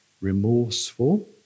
Remorseful